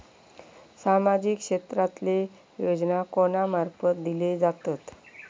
सामाजिक क्षेत्रांतले योजना कोणा मार्फत दिले जातत?